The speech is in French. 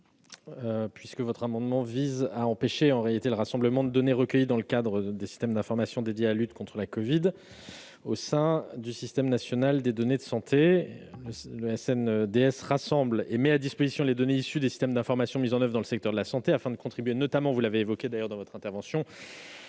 votre amendement vise à empêcher le rassemblement des données recueillies dans le cadre des systèmes d'information destinés à la lutte contre l'épidémie de covid-19 au sein du système national des données de santé. Le SNDS rassemble et met à disposition les données issues des systèmes d'information mis en oeuvre dans le secteur de la santé afin de contribuer notamment- vous avez évoqué ce point -à la recherche,